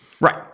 Right